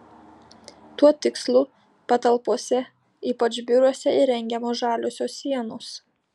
tuo tikslu patalpose ypač biuruose įrengiamos žaliosios sienos